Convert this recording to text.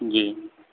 جی